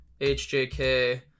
HJK